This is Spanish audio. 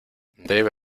debe